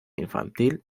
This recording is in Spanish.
infantil